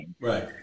right